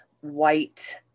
white